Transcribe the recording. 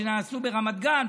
שנעשו ברמת גן,